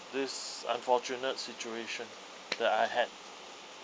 this unfortunate situation that I had